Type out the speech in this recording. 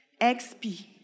XP